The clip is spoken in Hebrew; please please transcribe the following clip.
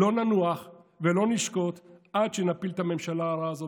לא ננוח ולא נשקוט עד שנפיל את הממשלה הרעה הזאת,